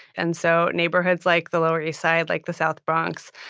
and so neighborhoods like the lower east side, like the south bronx,